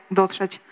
dotrzeć